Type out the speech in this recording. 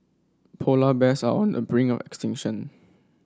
polar bears are on the bring of extinction